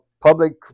public